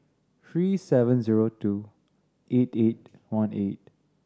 three seven zero two eight eight one eight